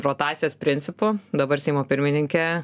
rotacijos principu dabar seimo pirmininkė